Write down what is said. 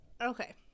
Okay